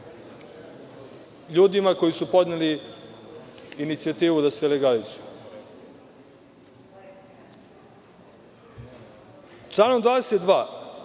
ljudima koji su podneli inicijativu da se legalizuju? Članom 22.